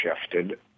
shifted